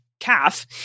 calf